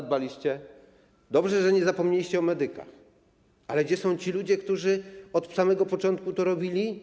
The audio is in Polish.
Dobrze, że nie zapomnieliście o medykach, ale gdzie są ci ludzie, którzy od samego początku to robili?